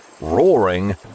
roaring